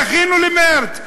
דחינו למרס.